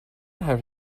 have